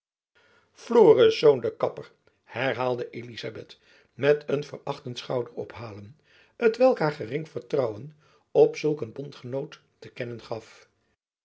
florisz de kapper herhaalde elizabeth met een verachtend schouderophalen t welk haar gering vertrouwen op zulk een bondgenoot te kennen gaf